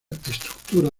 estructura